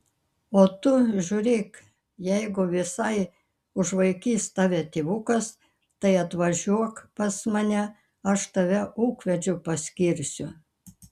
o tu žiūrėk jeigu visai užvaikys tave tėvukas tai atvažiuok pas mane aš tave ūkvedžiu paskirsiu